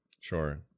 Sure